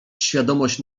świadomość